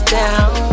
down